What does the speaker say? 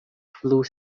flu